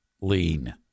lean